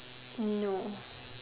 no